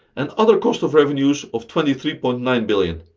and other cost of revenues of twenty three point nine billion